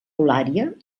eulària